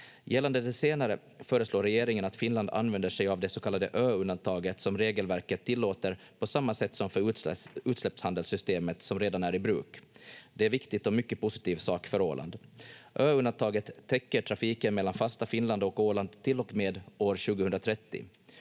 den senare föreslår regeringen att Finland använder sig av det så kallade ö-undantaget som regelverket tillåter på samma sätt som för utsläppshandelssystemet som redan är i bruk. Det är viktigt och en mycket positiv sak för Åland. Ö-undantaget täcker trafiken mellan fasta Finland och Åland till och med år 2030.